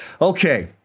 Okay